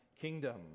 kingdom